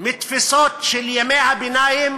מתפיסות של ימי הביניים